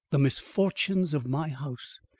the misfortunes of my house!